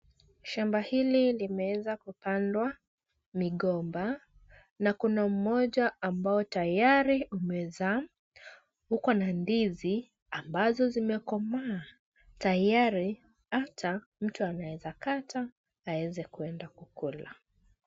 Shamba hili limeweza kupandwa migomba na kuna mmoja ambao tayari umezaa, uko na ndizi ambazo zimekomaa. Tayari hata mtu anaweza kata, aweze kwenda kukula.